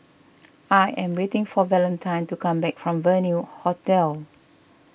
I am waiting for Valentine to come back from Venue Hotel